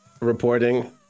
reporting